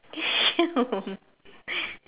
ya